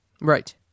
Right